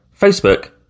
Facebook